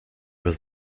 was